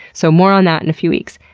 so more on that in a few weeks.